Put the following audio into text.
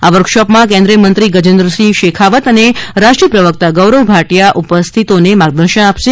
આ વર્કશોપમાં કેન્દ્રિય મંત્રી ગર્જેન્દ્રસિંહ શેખાવત અને રાષ્ટ્રીય પ્રવક્તા ગૌરવ ભાટીયા ઉપસ્થિતનો માર્ગદર્શન આપશે